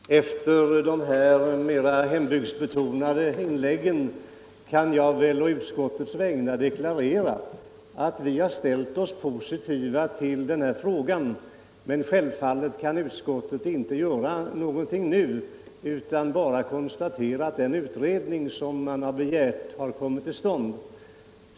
Herr talman! Efter de här mer hembygdsbetonade inläggen kan jag å utskottets vägnar deklarera att vi har ställt oss positiva till den här frågan. Självfallet kan utskottet inte göra någonting nu annat än konstatera att den begärda utredningen har kommit till stånd.